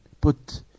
put